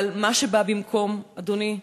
אבל מה שבא במקום, אדוני,